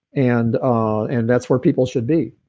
and ah and that's where people should be,